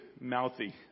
mouthy